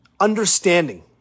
understanding